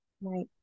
Right